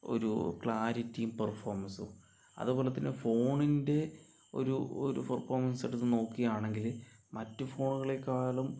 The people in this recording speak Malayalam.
ഒരു ക്ലാരിറ്റിയും പെർഫോമൻസും അതുപോലെത്തന്നെ ഫോണിൻറെ ഒരു ഒരു പെർഫോമൻസ് എടുത്തുനോക്കുകയാണെങ്കിൽ മറ്റു ഫോണുകളെക്കാളും